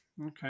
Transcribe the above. okay